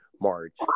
March